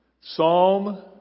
Psalm